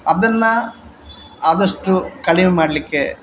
ಅದನ್ನು ಆದಷ್ಟು ಕಡಿಮೆ ಮಾಡಲಿಕ್ಕೆ